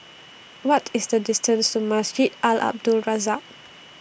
What IS The distance to Masjid Al Abdul Razak